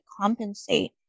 compensate